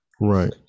Right